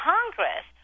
Congress